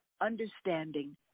understanding